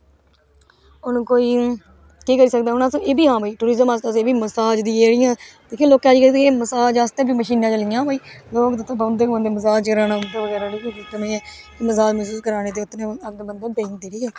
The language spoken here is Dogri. उन्हे कोई केह् करी सकदा अस ऐ बी है भाई टूरिजम अस मसाज दियां जेहडिया जेहकी लोकें अजकल मसाज आस्तै बी मशीनां चली दियां भाई लोक बौंहदे मसाज कराने आस्तै मसाज मसोज कराने आस्तै मतलब बेही जंदे ठीक ऐ